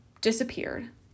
disappeared